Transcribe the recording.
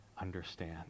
understand